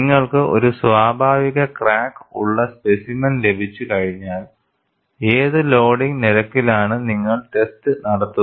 നിങ്ങൾക്ക് ഒരു സ്വാഭാവിക ക്രാക്ക് ഉള്ള സ്പെസിമെൻ ലഭിച്ചു കഴിഞ്ഞാൽ ഏത് ലോഡിംഗ് നിരക്കിലാണ് നിങ്ങൾ ടെസ്റ്റ് നടത്തുക